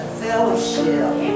fellowship